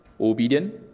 obedient